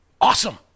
awesome